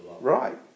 Right